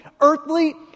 earthly